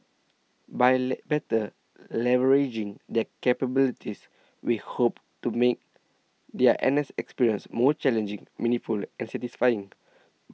by better leveraging their capabilities we hope to make their N S experience more challenging meaningfully and satisfying